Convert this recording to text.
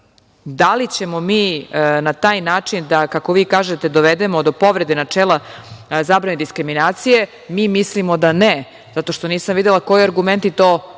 li ćemo mi na taj način da, kako vi kažete, dovedemo do povrede načela zabrane diskriminacije. Mi mislimo da ne, zato što nisam videla koji argumenti to